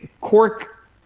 cork